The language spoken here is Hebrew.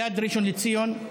ליד ראשון לציון,